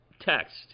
text